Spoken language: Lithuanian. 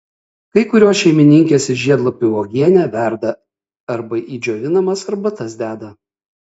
kai kurios šeimininkės iš žiedlapių uogienę verda arba į džiovinamas arbatas deda